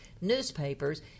newspapers